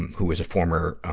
and who is a former,